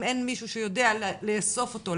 אם אין מישהו שיודע לאסוף אותו,